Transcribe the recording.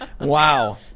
Wow